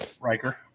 Riker